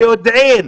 ביודעין,